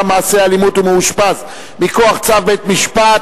מעשי אלימות ומאושפז מכוח צו בית-משפט),